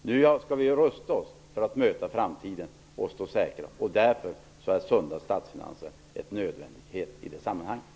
Vi skall nu rusta oss för att möta framtiden och stå säkra. Därför är sunda statsfinanser en nödvändighet i sammanhanget.